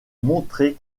montrer